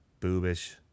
boobish